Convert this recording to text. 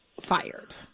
fired